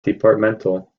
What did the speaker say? departmental